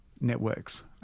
networks